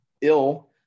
ill